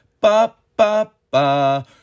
Ba-ba-ba